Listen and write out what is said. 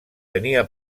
tenia